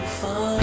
far